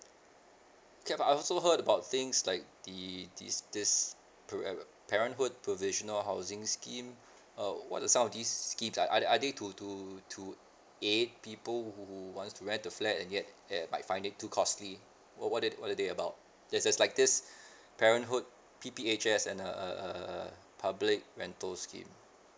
okay I also heard about things like the this this pera~ parenthood provisional housing scheme uh what are some of these scheme ah I I need to to to eight people who wants to rent the flat and yet eh might find it too costly wha~ what they what are they about there's a like this parenthood P_P_H_S and a a a public rental scheme